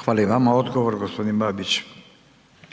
**Radin, Furio (Nezavisni)**